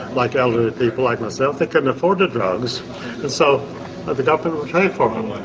like elderly people like myself, they couldn't afford the drugs and so the government will pay for them. like